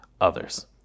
others